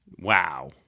wow